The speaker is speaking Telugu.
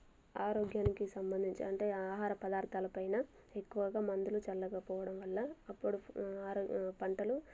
ఆరోగ్యానికి సంబంధించి అంటే ఆహార పదార్థాలు పైన ఎక్కువగా మందులు చల్లకపోవడం వల్ల అప్పుడు ఆరో పంటలు